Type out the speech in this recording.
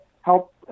help